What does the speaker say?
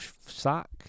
sock